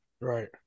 right